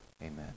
Amen